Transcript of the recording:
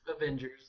Avengers